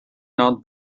not